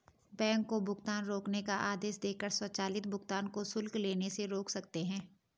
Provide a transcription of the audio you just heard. bank को भुगतान रोकने का आदेश देकर स्वचालित भुगतान को शुल्क लेने से रोक सकते हैं